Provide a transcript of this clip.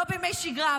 לא בימי שגרה,